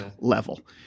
level